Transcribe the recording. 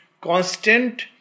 constant